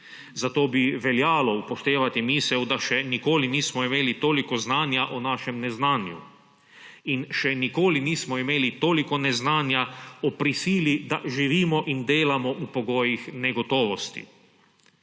Zato bi veljalo upoštevati misel, da še nikoli nismo imeli toliko znanja o našem neznanju. In še nikoli nismo imeli toliko neznanja o prisili, da živimo in delamo v pogojih negotovosti.